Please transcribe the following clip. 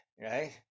right